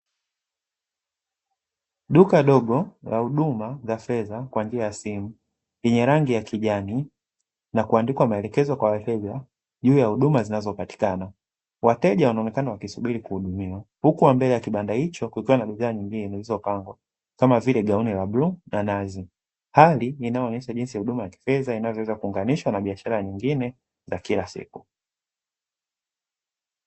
Duka dogo la huduma za fedha kwa njia ya simu, lenye rangi ya kijani na kuandikwa maelekezo kwa wateja juu ya huduma zinazopatikana, wateja wanaonekana wakisubiri kuhudumiwa huku kwa mbele ya kibanda hicho kukiwa na bidhaa nyingine zilizopangwa kama vile gauni la bluu na nazi hali inayoonyesha jinsi ya huduma za kifedha inavyoweza kuunganishwa na biashara nyingine za kila siku.